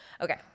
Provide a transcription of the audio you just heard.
Okay